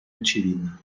очевидна